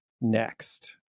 next